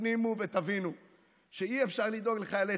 תפנימו ותבינו שאי-אפשר לדאוג לחיילי